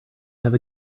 have